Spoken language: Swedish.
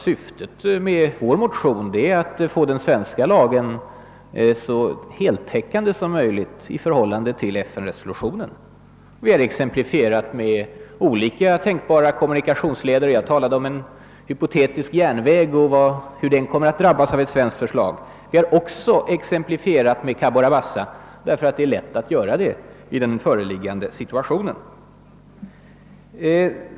Syftet med vår motion, II: 1164, är att få den svenska lagen så heltäckande som möjligt i förhållande till FN resolutionen. Jag har exemplifierat med några tänkbara kommunikationsleder; jag talade om hur stöd till en hypotetisk järnväg i Mocambique borde drabbas av en svensk lag. Jag har också exemplifierat med den långa sjön som kan bildas ovanför Cabora Bassa; det är lätt att göra det i den föreliggande situationen.